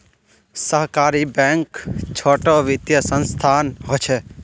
सहकारी बैंक छोटो वित्तिय संसथान होछे